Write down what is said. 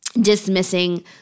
dismissing